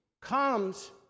comes